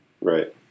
Right